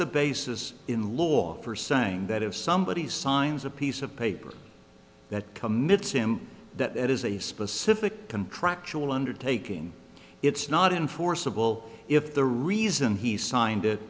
the basis in law for saying that if somebody signs a piece of paper that commits him that is a specific contractual undertaking it's not enforceable if the reason he signed it